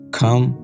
come